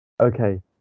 Okay